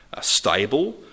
stable